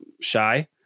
shy